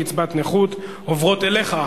קצבת נכות) עוברות אליך,